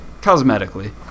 cosmetically